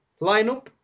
lineup